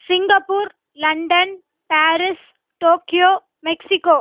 Singapore London Paris Tokyo Mexico